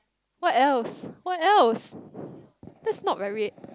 what else what else that's not very